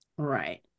right